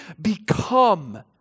become